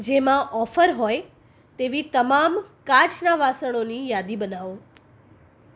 જેમાં ઓફર હોય તેવી તમામ કાચના વાસણોની યાદી બનાવો